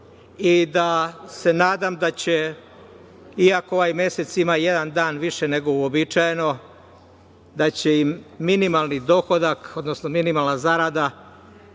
nadam se da će iako ovaj mesec ima jedan više nego uobičajeno, da će im minimalni dohodak, odnosno minimalna zarada